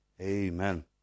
amen